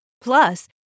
Plus